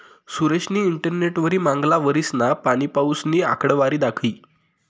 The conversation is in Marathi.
सुरेशनी इंटरनेटवरी मांगला वरीसना पाणीपाऊसनी आकडावारी दखी